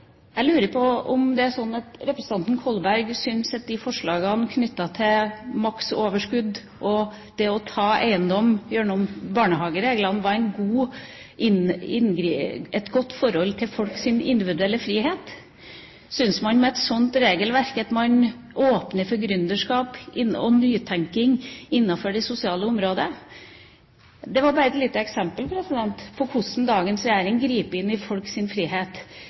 jeg finner da grunn til å kommentere trontalen. Jeg lurer på om det er slik at representanten Kolberg syns at forslagene knyttet til maksoverskudd og det å ta eiendom gjennom barnehagereglene var godt i forhold til folks individuelle frihet? Syns man med et slikt regelverk at man åpner for gründerskap og nytenking innafor det sosiale området? Det var bare et lite eksempel på hvordan dagens regjering griper inn i folks frihet